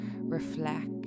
reflect